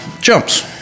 jumps